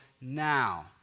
now